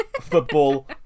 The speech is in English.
football